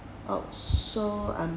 out so I'm